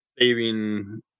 saving